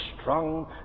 strong